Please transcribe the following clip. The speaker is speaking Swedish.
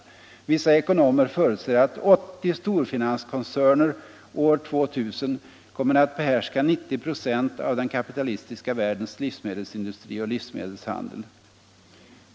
Vissa ekonomer förutser att 80 storfinanskoncerner år 2000 kommer att behärska 90 96 av den kapitalistiska världens livsmedelsindustri och livsmedelshandel.